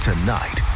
Tonight